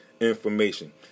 information